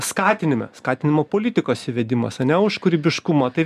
skatinime skatinimo politikos įvedimas ane už kūrybiškumą tai